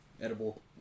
edible